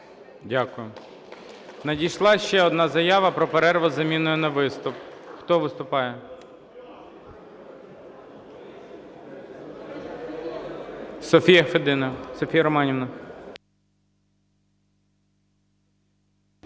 Дякую. Надійшла ще одна заява про перерву з заміною на виступ. Хто виступає? Софія Федина.